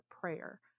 prayer